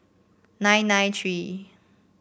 nine nine three